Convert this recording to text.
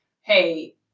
hey